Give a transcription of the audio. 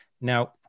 Now